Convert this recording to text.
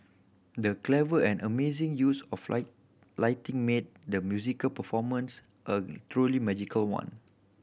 the clever and amazing use of light lighting made the musical performance a truly magical one